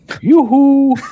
Yoo-hoo